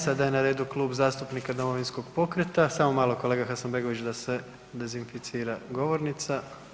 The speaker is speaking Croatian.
Sada je na redu Kluba zastupnika Domovinskog pokreta, samo malo, kolega Hasanbegović, da se dezinficira govornica.